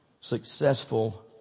successful